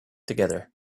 together